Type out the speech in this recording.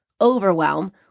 overwhelm